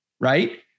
right